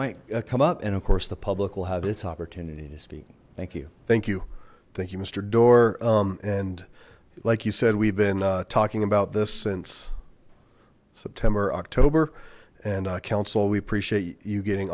might come up and of course the public will have its opportunity to speak thank you thank you thank you mister doar um and like you said we've been talking about this since september october and council we appreciate you getting